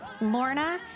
Lorna